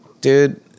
Dude